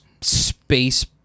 space